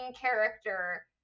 character